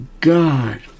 God